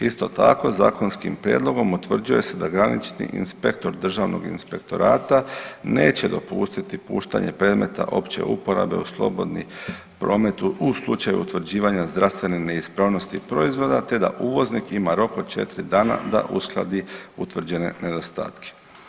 Isto tako zakonskim prijedlogom utvrđuje se da granični inspektor državnog inspektorata neće dopustiti puštanje predmeta opće uporabe u slobodni promet u slučaju utvrđivanja zdravstvene neispravnosti proizvoda, te da uvoznik ima rok od 4 dana da uskladi utvrđene nedostatke.